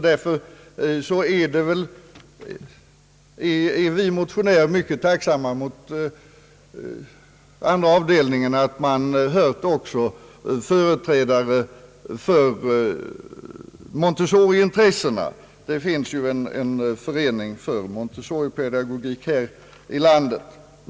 Därför är vi motionärer mycket tacksamma mot andra avdelningen för att man hört också företrädare för Montessoriintressena. Det finns en förening för Montessoripedagogik här i landet.